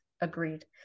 agreed